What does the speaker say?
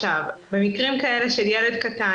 במקרים של ילד קטן,